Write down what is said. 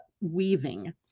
weaving